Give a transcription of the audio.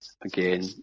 Again